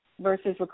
versus